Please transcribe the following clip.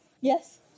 Yes